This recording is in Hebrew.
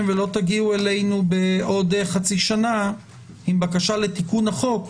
ולא תגיעו אלינו בעוד חצי שנה עם בקשה לתיקון החוק,